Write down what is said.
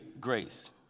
grace